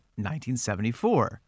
1974